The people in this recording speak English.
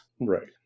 right